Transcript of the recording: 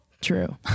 True